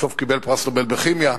ובסוף הוא קיבל פרס נובל בכימיה.